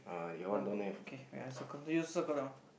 never okay when I circle do you circle that one